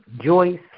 Joyce